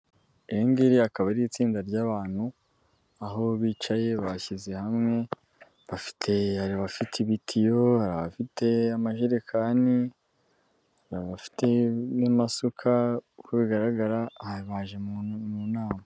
Iri ngiri akaba ari itsinda ry'abantu, aho bicaye bashyize hamwe, hari abafite ibitiyo, hari abafite amajerekani, hari abafite n'amasuka, uko bigaragara aha baje mu nama.